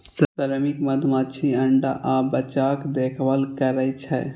श्रमिक मधुमाछी अंडा आ बच्चाक देखभाल करै छै